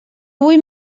vull